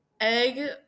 egg